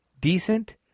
decent